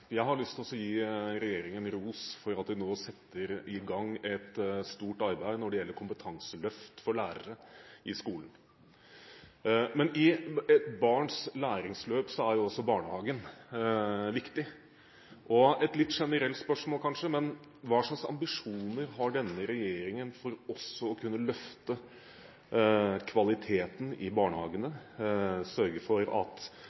Jeg har lyst til å gi regjeringen ros for at den nå setter i gang et stort arbeid når det gjelder kompetanseløft for lærere. Men i barns læringsløp er også barnehagen viktig. Mitt spørsmål er kanskje litt generelt, men hva slags ambisjoner har denne regjeringen for å løfte kvaliteten også i barnehagene og sørge for at